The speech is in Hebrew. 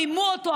רימו אותו,